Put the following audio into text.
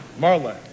Marla